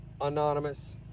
anonymous